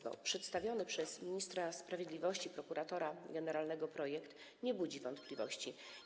Reasumując, przedstawiony przez ministra sprawiedliwości, prokuratora generalnego projekt nie budzi wątpliwości.